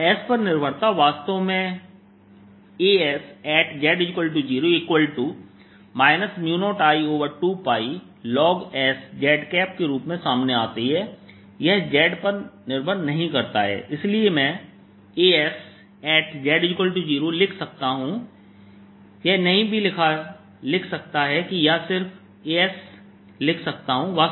तो s पर निर्भरता वास्तव में Asz0 0I2πlns z के रूप में सामने आती है यह z पर निर्भर नहीं करता है इसलिए मैं Asz0 लिख सकता हूं यह नहीं भी लिख सकता है या सिर्फAs लिख सकता हूं